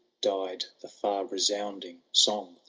died the far-resounding song.